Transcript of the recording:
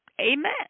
Amen